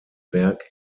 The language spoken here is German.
werk